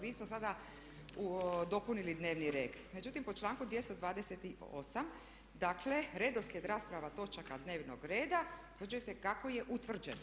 Mi smo sada dopunili dnevni red, međutim po članku 228. dakle redoslijed rasprava točaka dnevnog reda utvrđuje se kako je utvrđeno.